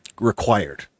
required